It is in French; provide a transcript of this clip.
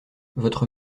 votre